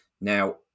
Now